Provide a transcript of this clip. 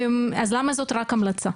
אז למה זאת רק המלצה?